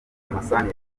amasahani